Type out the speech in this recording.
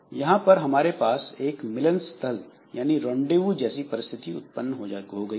यहां पर हमारे पास एक मिलनस्थल रॉनडेवूrendezvous जैसी परिस्थिति उत्पन्न हो गई है